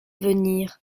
venir